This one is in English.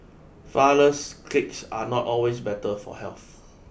flour less cakes are not always better for health